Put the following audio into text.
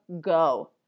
go